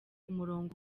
umurongo